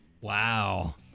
Wow